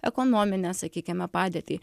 ekonominę sakykime padėtį